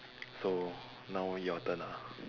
so now your turn ah